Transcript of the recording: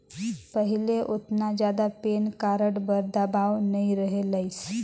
पहिले ओतना जादा पेन कारड बर दबाओ नइ रहें लाइस